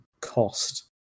cost